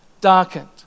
darkened